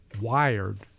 wired